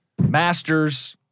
Masters